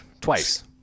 twice